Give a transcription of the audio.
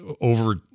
over